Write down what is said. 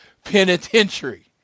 Penitentiary